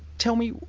tell me,